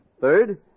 Third